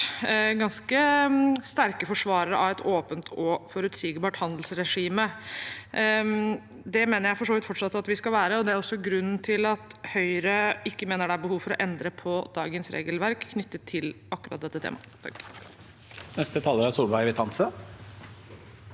ganske sterke forsvarere av et åpent og forutsigbart handelsregime. Det mener jeg for så vidt fortsatt at vi skal være, og det er også grunnen til at Høyre ikke mener det er behov for å endre på dagens regelverk knyttet til akkurat dette temaet.